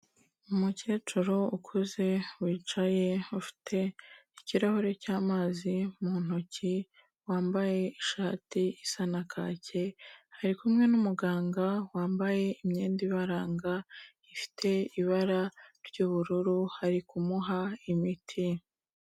Umukecuru ukuze wicaye ufite ikirahure cy'amazi mu ntoki wambaye ishati isa na kake, ari kumwe n'umuganga wambaye imyenda ibaranga ifite ibara ry'ubururu, ari kumuha imiti.